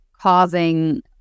causing